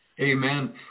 Amen